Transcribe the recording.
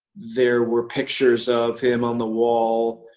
there were pictures of him on the wall.